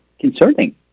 concerning